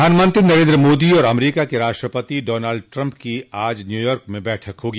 प्रधानमंत्री नरेंद्र मोदी और अमरीका के राष्ट्रपति डॉनाल्ड ट्रम्प की आज न्यूयॉर्क में बैठक होगी